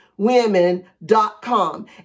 Women.com